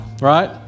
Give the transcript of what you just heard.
right